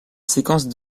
séquence